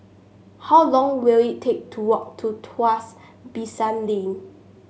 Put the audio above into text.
how long will it take to walk to Tuas Basin Lane